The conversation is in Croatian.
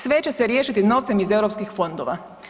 Sve će se riješiti novcem iz europskih fondova.